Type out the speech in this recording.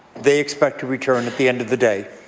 they expect to return at the end of the day.